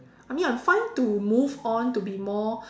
I mean I'm fine to move on to be more